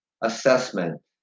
assessment